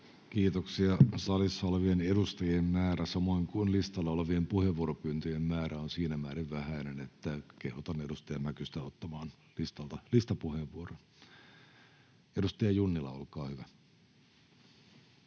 Kiitoksia. —Salissa olevien edustajien määrä samoin kuin listalla olevien puheenvuoropyyntöjen määrä on siinä määrin vähäinen, että kehotan edustaja Mäkystä ottamaan listalta listapuheenvuoron. — Edustaja Junnila, olkaa hyvä.